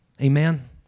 Amen